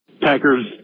Packers